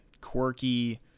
quirky